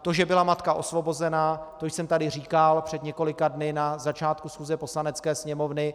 To, že byla matka osvobozena, jsem tady říkal před několika dny na začátku schůze Poslanecké sněmovny.